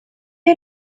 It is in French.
est